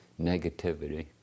negativity